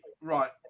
right